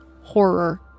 horror